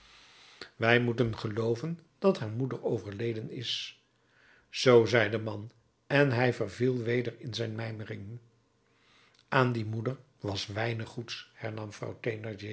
wij moeten gelooven dat haar moeder overleden is zoo zei de man en hij verviel weder in zijn mijmering aan die moeder was weinig goeds hernam vrouw